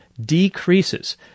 decreases